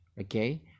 Okay